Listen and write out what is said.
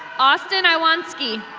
austin aiwanski.